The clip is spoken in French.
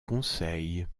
conseils